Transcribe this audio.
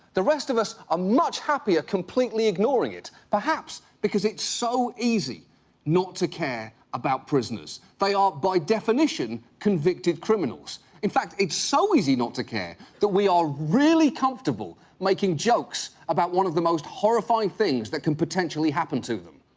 the rest of us are ah much happier completely ignoring it, perhaps because it's so easy not to care about prisoners. they are, by definition, convicted criminals. in fact, it's so easy not to care that we are really comfortable making jokes about one of the most horrifying things that can potentially happen to them.